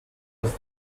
aus